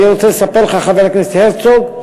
אני רוצה לספר לך, חבר הכנסת הרצוג,